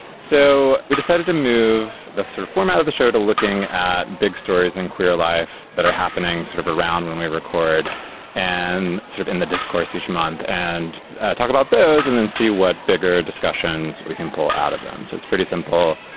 so we decided to move the sort of format of the show to looking at big stories and queer life that are happening sort of around when we record and sort of in the discourse each month and talk about those and then see what bigger discussions we can pull out of them. so it's pretty simple.